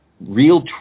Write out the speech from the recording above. real